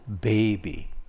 baby